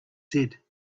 said